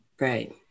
Right